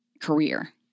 career